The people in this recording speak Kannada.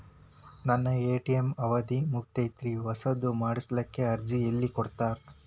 ನನ್ನ ಎ.ಟಿ.ಎಂ ಅವಧಿ ಮುಗದೈತ್ರಿ ಹೊಸದು ಮಾಡಸಲಿಕ್ಕೆ ಅರ್ಜಿ ಎಲ್ಲ ಕೊಡತಾರ?